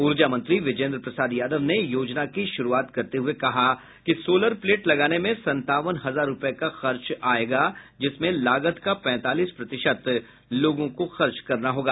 ऊर्जा मंत्री विजेंद्र प्रसाद यादव ने योजना की शुरूआत करते हये कहा कि सोलर प्लेट लगाने में संतावन हजार रूपये का खर्च होगा जिसमें लागत का पैंतालीस प्रतिशत लोगों को खर्च करना होगा